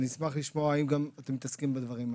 אשמח לשמוע אם אתם עוסקים גם בדברים האלה.